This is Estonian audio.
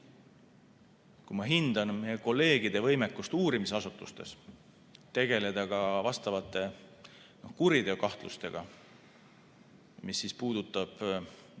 kui ma hindan meie kolleegide võimekust uurimisasutustes tegeleda ka vastavate kuriteokahtlustega, mis puudutab kas